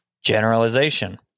generalization